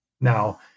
Now